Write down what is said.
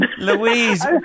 Louise